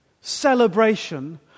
celebration